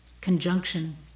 conjunction